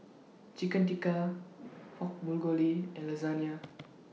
Chicken Tikka Pork Bulgogi and Lasagne